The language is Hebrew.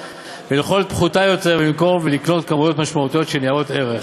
וליכולת פחותה יותר למכור ולקנות כמויות משמעותיות של ניירות ערך.